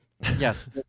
Yes